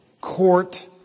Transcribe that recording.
court